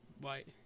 white